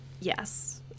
Yes